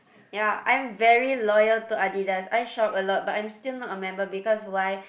ya I'm very loyal to Adidas I shop a lot but I'm still not a member because why